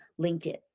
LinkedIn